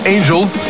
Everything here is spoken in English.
Angels